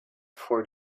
for